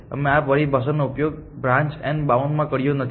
અમે આ પરિભાષાનો ઉપયોગ બ્રાન્ચ એન્ડ બાઉન્ડ માં કર્યો નથી